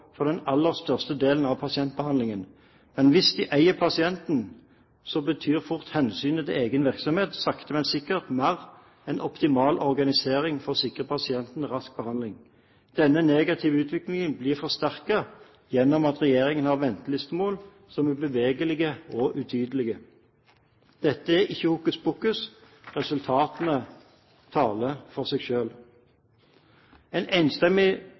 for den aller største delen av pasientbehandlingen. Men hvis de eier pasientene, betyr fort hensynet til egen virksomhet sakte, men sikkert mer enn optimal organisering for å sikre pasientene rask behandling. Denne negative utviklingen blir forsterket gjennom at regjeringen har ventelistemål som er bevegelige og utydelige. Dette er ikke hokuspokus – resultatene taler for seg selv. En enstemmig